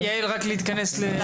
יעל, רק להתכנס לסיום.